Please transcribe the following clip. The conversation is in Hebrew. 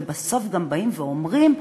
ובסוף גם באים ואומרים: